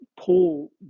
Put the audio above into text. pull